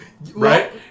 right